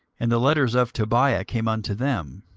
and the letters of tobiah came unto them.